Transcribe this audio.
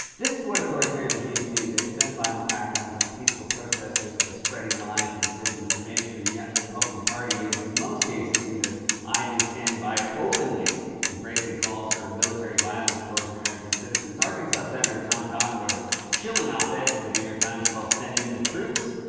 this is what authoritarian regimes do. they defend violent crackdowns on peaceful protesters by spreading lies and disinformation. and yet the republican party is in most cases either idly standing by or openly embracing calls for military violence towards american citizens. arkansas senator tom cotton wrote a chilling op-ed for the new york times called send in the troops,